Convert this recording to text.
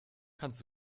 kannst